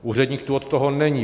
Úředník tu od toho není.